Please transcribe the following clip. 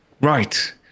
Right